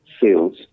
sales